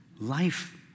life